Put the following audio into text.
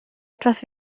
etwas